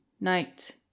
night